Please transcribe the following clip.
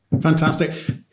Fantastic